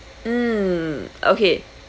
mm okay